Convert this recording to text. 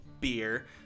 beer